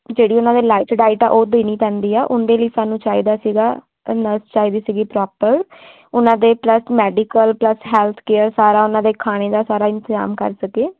ਜਿਹੜੀ ਉਹਨਾਂ ਦੀ ਲਾਈਟ ਡਾਈਟ ਆ ਉਹ ਦੇਣੀ ਪੈਂਦੀ ਆ ਉਹਦੇ ਲਈ ਸਾਨੂੰ ਚਾਹੀਦਾ ਸੀਗਾ ਨਰਸ ਚਾਹੀਦੀ ਸੀਗੀ ਪ੍ਰੋਪਰ ਉਹਨਾਂ ਦੇ plus medical plus health care ਸਾਰਾ ਉਹਨਾਂ ਦੇ ਖਾਣੇ ਦਾ ਸਾਰਾ ਇੰਤਜ਼ਾਮ ਕਰ ਸਕੇ